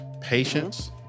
patience